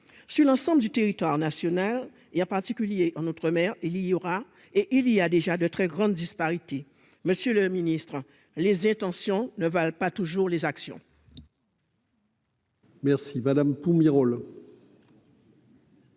sur l'ensemble du territoire national et en particulier en outre-mer, il y aura et il y a déjà de très grandes disparités Monsieur le Ministre, les intentions ne valent pas toujours les actions.